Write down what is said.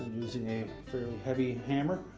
using a fairly heavy hammer,